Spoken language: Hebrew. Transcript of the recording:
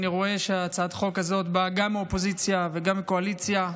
אני רואה שהצעת החוק הזאת באה גם מהאופוזיציה וגם מהקואליציה.